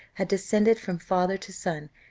had descended from father to son,